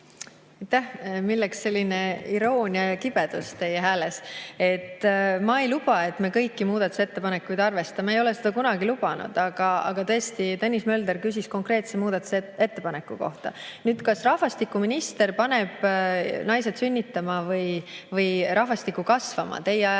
Milleks selline iroonia ja kibedus teie hääles? Ma ei luba, et me kõiki muudatusettepanekuid arvestame. Ma ei ole seda kunagi lubanud. Aga tõesti, Tõnis Mölder küsis konkreetse muudatusettepaneku kohta. Kas rahvastikuminister paneb naisi sünnitama või rahvastiku kasvama? Teie